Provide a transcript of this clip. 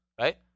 right